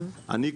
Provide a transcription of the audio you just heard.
אני,